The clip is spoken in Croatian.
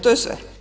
To je sve.